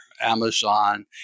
Amazon